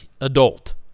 adult